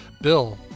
bill